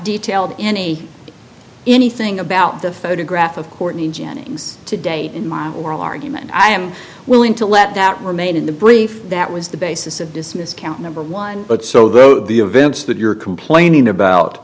detailed any anything about the photograph of courtney jennings to date in my oral argument i am willing to let that remain in the brief that was the basis of dismiss count number one but so the events that you're complaining about